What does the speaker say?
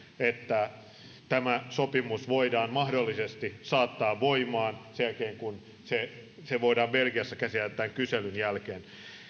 että tämä sopimus voidaan mahdollisesti saattaa voimaan se se voidaan belgiassa käsitellä tämän kyselyn jälkeen